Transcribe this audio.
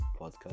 podcast